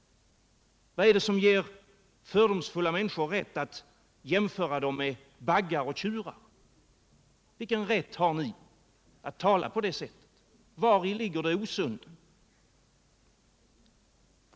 Vad är det som ger fördomsfulla människor rätt att jämföra dem med baggar och tjurar? Vilken rätt har ni att tala på det sättet?